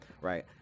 right